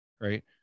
right